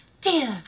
dear